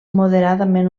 moderadament